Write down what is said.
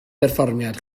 perfformiad